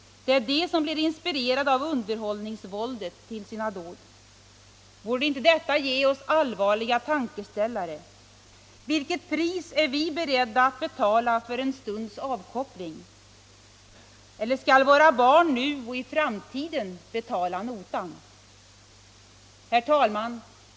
Det är de som blir inspirerade av underhållningsvåldet till sina dåd. Borde inte detta ge oss allvarliga tankeställare. Vilket pris är vi beredda att betala för en stunds avkoppling? Skall kanske våra barn nu och i framtiden betala notan? Herr talman!